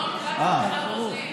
רון כץ ומיכל רוזין.